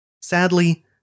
Sadly